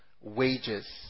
wages